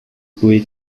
pouvait